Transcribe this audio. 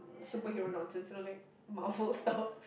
superhero nonsense you know like Marvel stuff